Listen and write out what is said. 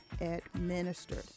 administered